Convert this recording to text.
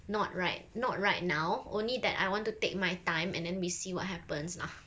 not right not right now only that I want to take my time and then we see what happens lah